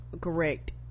Correct